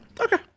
okay